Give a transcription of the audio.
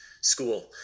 school